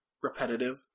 repetitive